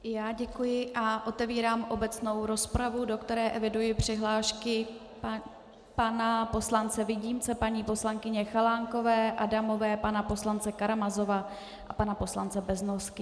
I já děkuji a otevírám obecnou rozpravu, do které eviduji přihlášky pana poslance Vilímce, paní poslankyně Chalánkové, Adamové, pana poslance Karamazova a pana poslance Beznosky.